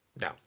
no